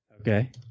Okay